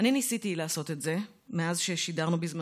אני ניסיתי לעשות את זה מאז ששידרנו בזמנו